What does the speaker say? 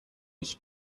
ich